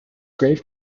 grave